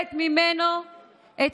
וגם הפוך,